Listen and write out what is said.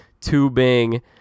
tubing